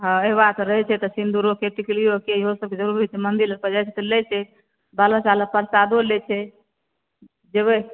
हँ अहिबात रहै छै तऽ सिन्दुरो के टिकलियो के इहो सबके जरुरी होइ छै मंदिल पर जाइ छै तऽ लै छै बाल बच्चा लए प्रसादो लै छै जेबै